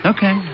Okay